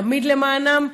תמיד למענם,